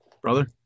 brother